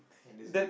and there's a